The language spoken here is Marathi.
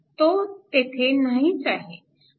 तो तेथे नाहीच आहे